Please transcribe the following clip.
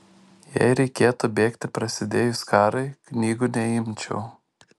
jei reikėtų bėgti prasidėjus karui knygų neimčiau